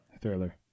Thriller